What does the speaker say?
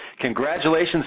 Congratulations